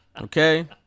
Okay